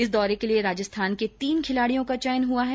इस दौरे के लिये राजस्थान के तीन खिलाडियों का चयन हुआ है